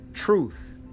Truth